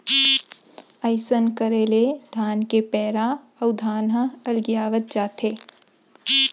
अइसन करे ले धान के पैरा अउ धान ह अलगियावत जाथे